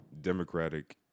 Democratic